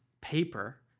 paper